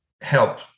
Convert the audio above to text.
help